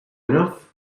enough